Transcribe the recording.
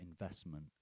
investment